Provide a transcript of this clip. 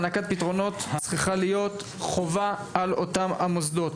הענקת פתרונות צריכה להיות חובה על אותם המוסדות.